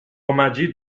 مجید